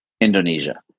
Indonesia